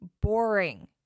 boring